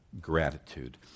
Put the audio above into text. gratitude